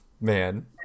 man